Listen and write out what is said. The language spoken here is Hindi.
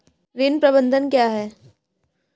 ऋण प्रबंधन क्या है?